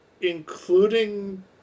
including